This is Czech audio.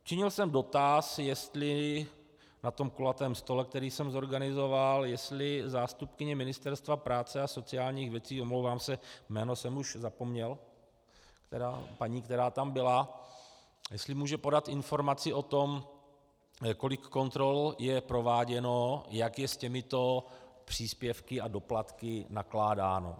Činil jsem dotaz, jestli na tom kulatém stole, který jsem zorganizoval, jestli zástupkyně Ministerstva práce a sociálních věcí, omlouvám se, jméno jsem už zapomněl, paní, která tam byla, jestli může podat informaci o tom, kolik kontrol je prováděno, jak je s těmito příspěvky a doplatky nakládáno.